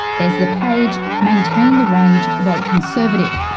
there's the page, maintain the rage, vote conservative,